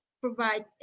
provide